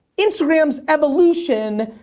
instagram's evolution.